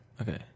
Okay